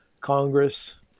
Congress